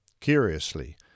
Curiously